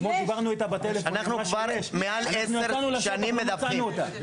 אנחנו כבר מעל עשר שנים מדווחים,